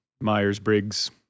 Myers-Briggs